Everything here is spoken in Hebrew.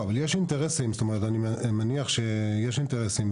אבל אני מניח שיש אינטרסים,